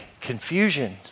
Confusion